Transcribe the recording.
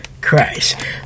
Christ